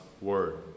word